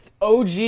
OG